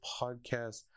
Podcast